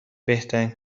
بهترین